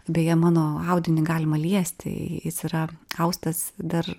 beje mano audinį galima liesti jis yra austas dar